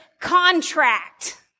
contract